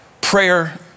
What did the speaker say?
prayer